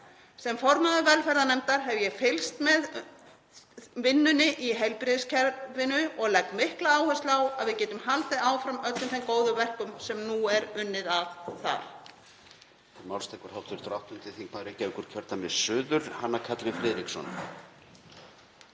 Sem formaður velferðarnefndar hef ég fylgst með vinnunni í heilbrigðiskerfinu og legg mikla áherslu á að við getum haldið áfram öllum þeim góðu verkum sem nú er unnið að.